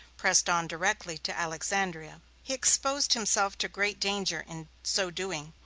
pressed on directly to alexandria. he exposed himself to great danger in so doing,